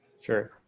Sure